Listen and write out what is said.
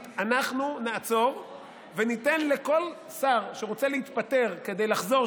אנחנו נעצור וניתן לכל שר שרוצה להתפטר כדי לחזור,